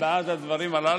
גם השר בעד הדברים הללו.